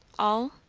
all?